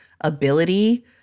ability